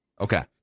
Okay